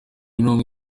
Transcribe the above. n’umwe